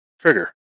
trigger